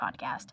podcast